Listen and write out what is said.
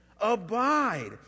abide